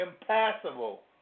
impassable